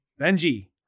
Benji